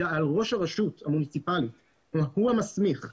היא על ראש הרשות המוניציפלי והוא המסמיך.